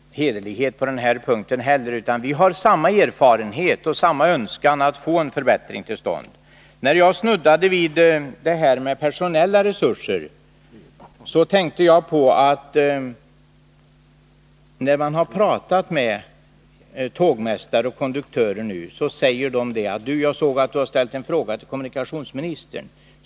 Herr talman! Jag betvivlar inte heller på den här punkten kommunikationsministerns hederlighet. Vi har samma erfarenheter och samma önskan att få en förbättring till stånd. Jag snuddade vid frågan om personella resurser och vill tillägga att när jag nyligen pratat med tågmästare och konduktörer har de sagt ungefär så här: Du har ju ställt en fråga till kommunikationsministern.